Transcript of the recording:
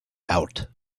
out